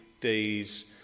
days